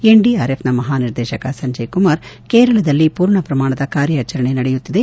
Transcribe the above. ಎನ್ಎಡಿಆರ್ಎಫ್ನ ಮಹಾನಿರ್ದೇಶಕ ಸಂಜಯ್ ಕುಮಾರ್ ಕೇರಳದಲ್ಲಿ ಪೂರ್ಣ ಪ್ರಮಾಣದ ಕಾರ್ಯಾಚರಣೆ ನಡೆಯುತ್ತಿದೆ